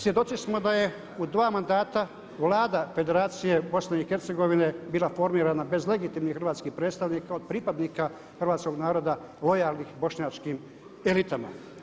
Svjedoci smo da je u dva mandata Vlada Federacije Bosne i Hercegovine bila formirana bez legitimnih hrvatskih predstavnika od pripadnika hrvatskog naroda lojalnih bošnjačkim elitama.